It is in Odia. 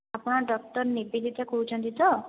ଆପଣ ଡକ୍ଟର ନିବେଦିତା କହୁଛନ୍ତି ତ